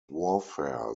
warfare